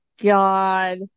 God